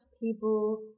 people